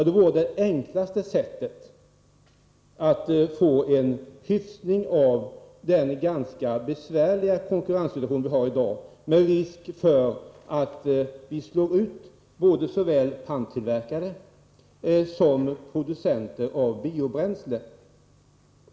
Det vore det enklaste sättet att få en hyfsning av den ganska besvärliga konkurrenssituation som vi har i dag och som innebär risk för att vi slår ut såväl panntillverkare som producenter av biobränsle.